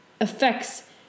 affects